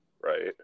right